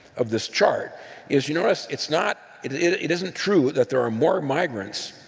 of this chart is you notice it's not it isn't true that there are more migrant